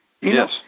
Yes